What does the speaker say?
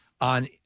on